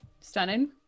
stunning